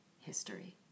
history